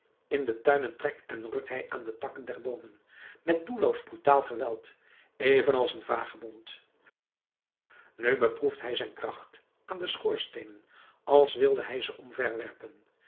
in de tuinen trekt en rukt hij aan de takken der boomen met doelloos brutaal geweld evenals een vagebond nu beproeft hij zijn kracht aan de schoorsteenen als wilde hij ze omverwerpen